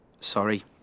Sorry